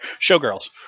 Showgirls